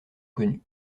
connue